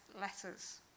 letters